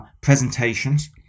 presentations